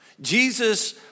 Jesus